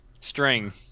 String